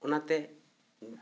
ᱚᱱᱟᱛᱮ